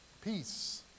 Peace